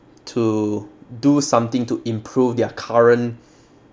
to do something to improve their current